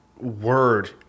word